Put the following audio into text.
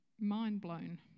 mind-blown